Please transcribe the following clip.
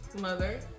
Mother